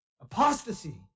Apostasy